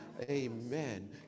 Amen